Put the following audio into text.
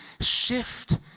shift